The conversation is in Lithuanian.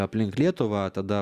aplink lietuvą tada